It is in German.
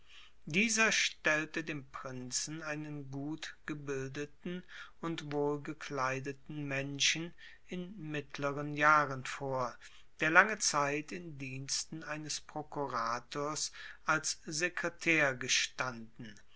dieser stellte dem prinzen einen gutgebildeten und wohlgekleideten menschen in mittleren jahren vor der lange zeit in diensten eines prokurators als sekretär gestanden